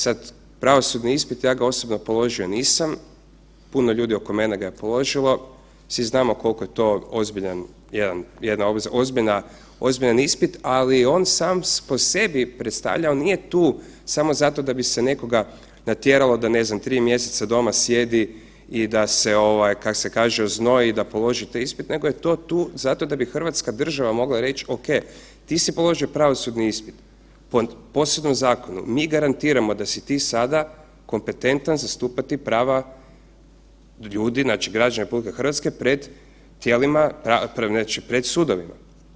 Sad, pravosudni ispit ja ga osobno položio nisam, puno ljudi oko mene ga je položilo, svi znamo koliko je to jedan ozbiljan ispit, ali on sam po sebi predstavlja, nije tu samo zato da bi se nekoga natjeralo ne znam tri mjeseca doma sjedi i da se kak se kaže oznoji i da položi taj ispit nego je to tu zato da bi Hrvatska država mogla reći ok, ti si položio pravosudni ispit po posebnom zakonu, mi garantiramo da si ti sada kompetentan zastupati prava ljudi, znači građana RH pred tijelima, znači pred sudovima.